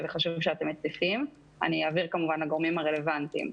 אעביר, כמובן, לגורמים הרלוונטיים.